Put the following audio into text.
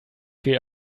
viel